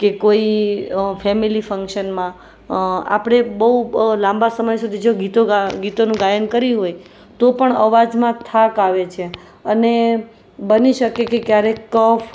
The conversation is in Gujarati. કે કોઈ ફેમિલી ફંક્શનમાં આપણે બહુ લાંબા સમય સુધી જો ગીતો ગીતોનું ગાયન કર્યું હોય તો પણ અવાજમાં થાક આવે છે અને બની શકે કે ક્યારેક કફ